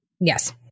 Yes